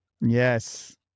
yes